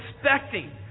expecting